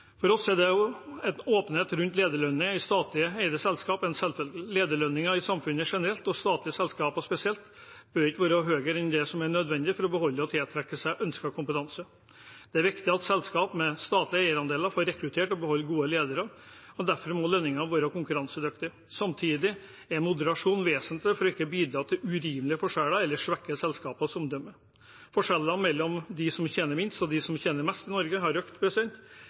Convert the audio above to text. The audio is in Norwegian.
eide selskap en selvfølge. Lederlønninger i samfunnet generelt og i statlige selskap spesielt bør ikke være høyere enn det som er nødvendig for å beholde og tiltrekke seg ønsket kompetanse. Det er viktig at selskap med statlige eierandeler får rekruttert og beholdt gode ledere. Derfor må lønningene være konkurransedyktige. Samtidig er moderasjon vesentlig for ikke å bidra til urimelige forskjeller eller svekke selskapets omdømme. Forskjellen mellom dem som tjener minst og dem som tjener mest i Norge, har økt.